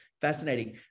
fascinating